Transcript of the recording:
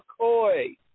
McCoy